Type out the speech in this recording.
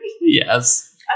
Yes